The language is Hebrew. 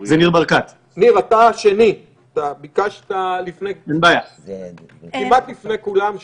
ניר, אתה השני, ביקשת כמעט לפני כולם.